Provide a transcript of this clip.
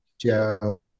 Joe